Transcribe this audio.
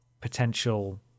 potential